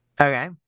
Okay